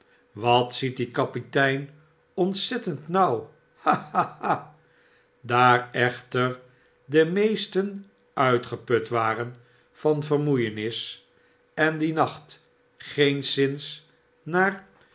wat ziet die kapitein ontzettend nauw ha ha ha daar echter de meesten uitgeput waren van vermoeienis en dien nacht geenszins naar